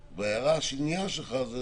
בהערתך השנייה אתה